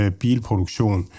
bilproduktion